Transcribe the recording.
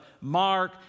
Mark